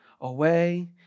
away